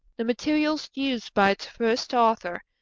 the materials used by its first author,